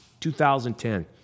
2010